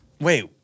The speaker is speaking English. Wait